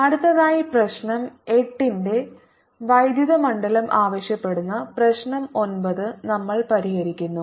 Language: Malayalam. അടുത്തതായി പ്രശ്നം 8 ന്റെ വൈദ്യുത മണ്ഡലം ആവശ്യപ്പെടുന്ന പ്രശ്നം 9 നമ്മൾ പരിഹരിക്കുന്നു